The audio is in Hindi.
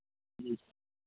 जी